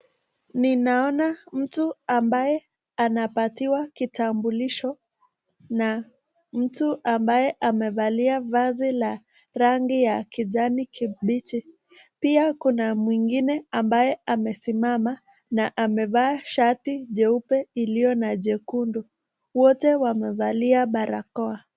Ninaona mtu ambaye anapatiwa kitambulisho na mtu ambaye amevalia vazi la rangi ya kijani kibichi. Pia kuna mwingine ambaye amesimama na amevaa shati jeupe iliyo na jekundu. Wote wamevalia barakoa.